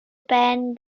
ben